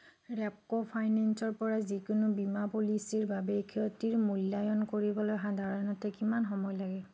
ৰেপ্ক' ফাইনেন্সৰ পৰা যিকোনো বীমা পলিচীৰ বাবে ক্ষতিৰ মূল্যায়ন কৰিবলৈ সাধাৰণতে কিমান সময় লাগে